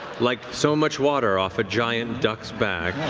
like so much water off a giant duck's back.